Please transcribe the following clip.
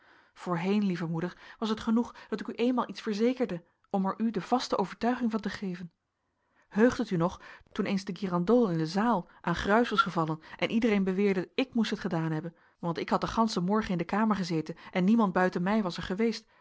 voorheen lieve moeder was het genoeg dat ik u eenmaal iets verzekerde om er u de vaste overtuiging van te geven heugt het u nog toen eens de girandolle in de zaal aan gruis was gevallen en iedereen beweerde ik moest het gedaan hebben want ik had den ganschen morgen in de kamer gezeten en niemand buiten mij was er geweest